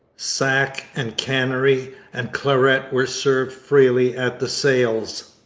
sack and canary and claret were served freely at the sales.